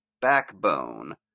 backbone